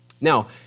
Now